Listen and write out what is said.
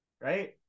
right